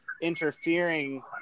interfering